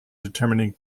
determining